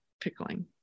Pickling